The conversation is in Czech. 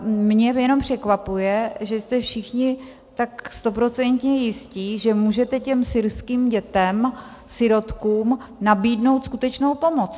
Mě jenom překvapuje, že jste všichni tak stoprocentně jisti, že můžete těm syrským dětem, sirotkům, nabídnout skutečnou pomoc.